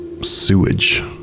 sewage